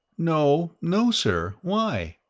no no, sir. why?